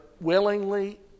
willingly